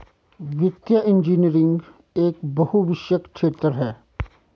वित्तीय इंजीनियरिंग एक बहुविषयक क्षेत्र है